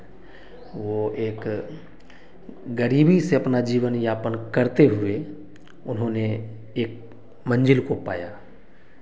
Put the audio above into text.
वह एक गरीबी से अपना जीवनयापन करते हुए उन्होंने एक मंज़िल को पाया